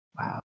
wow